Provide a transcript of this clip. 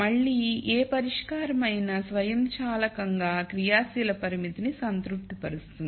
మళ్ళీ ఏ పరిష్కారం అయినా స్వయంచాలకంగా క్రియాశీల పరిమితిని సంతృప్తిపరుస్తుంది